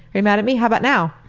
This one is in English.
are you mad at me? how about now?